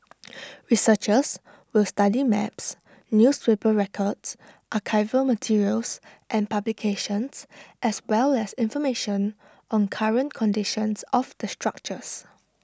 researchers will study maps newspaper records archival materials and publications as well as information on current conditions of the structures